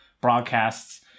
broadcasts